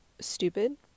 stupid